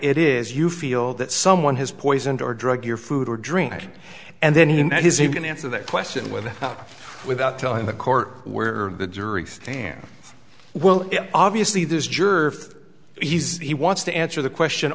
it is you feel that someone has poisoned or drug your food or drink and then he and his he can answer that question with up without telling the court where the jury stand well obviously this juror he's he wants to answer the question